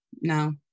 no